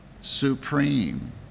supreme